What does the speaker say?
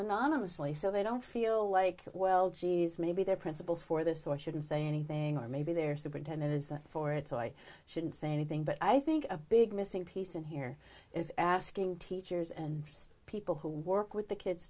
anonymously so they don't feel like well geez maybe they're principles for this or i shouldn't say anything or maybe they're superintendent is for it or i shouldn't say anything but i think a big missing piece in here is asking teachers and people who work with the kids